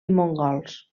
mongols